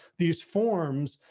these forms,